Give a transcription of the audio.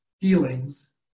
feelings